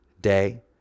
day